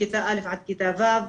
מכיתה א' עד כיתה ו',